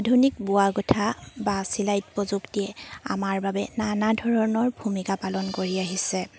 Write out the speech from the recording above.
আধুনিক বোৱা কটা বা চিলাইত প্ৰযুক্তিয়ে আমাৰ বাবে নানা ধৰণৰ ভূমিকা পালন কৰি আহিছে